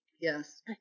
Yes